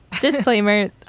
Disclaimer